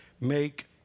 make